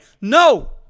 No